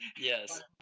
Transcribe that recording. Yes